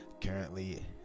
currently